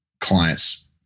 clients